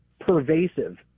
pervasive